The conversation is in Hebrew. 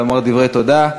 לומר דברי תודה.